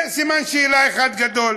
זה סימן שאלה אחד גדול,